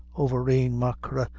avourneen machree,